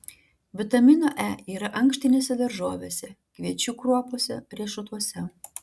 vitamino e yra ankštinėse daržovėse kviečių kruopose riešutuose